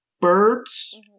Birds